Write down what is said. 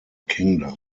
kingdom